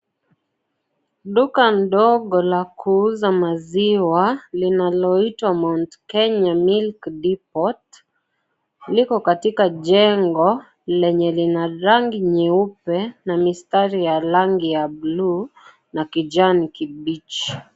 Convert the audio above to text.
Duka ndogo la kuuza maziwa linaloitwa Mt. Kenya Milk Depot liko katika jengo lenye lina rangi nyeupe na mistari ya rangi ya bluu na kijani kibichi.